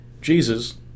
Jesus